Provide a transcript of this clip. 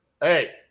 Hey